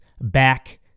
back